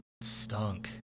stunk